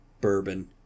bourbon